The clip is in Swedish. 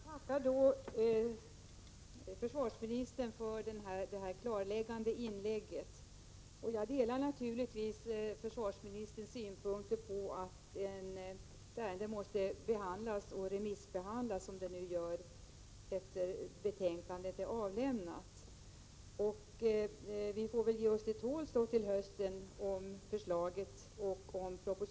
Herr talman! Jag tackar försvarsministern för hans klarläggande. Naturligtvis delar jag försvarsministerns uppfattning att ärendet måste remissbehandlas på sätt som nu sker. Vi får väl ge oss till tåls tills propositionen kommer i höst.